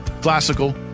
classical